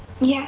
Yes